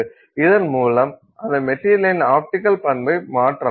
இதன் மூலம் அந்த மெட்டீரியலின் ஆப்டிக்கல் பண்பை மாற்றலாம்